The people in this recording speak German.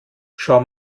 schau